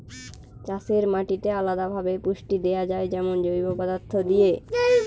চাষের মাটিতে আলদা ভাবে পুষ্টি দেয়া যায় যেমন জৈব পদার্থ দিয়ে